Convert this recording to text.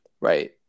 right